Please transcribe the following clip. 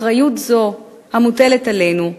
אחריות זו המוטלת עלינו,